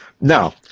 Now